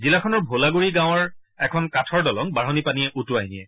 জিলাখনৰ ভোলাগুৰি গাঁৱৰ এখন কাঠৰ দলং বাঢ়নি পানীয়ে উটুৱাই নিয়ে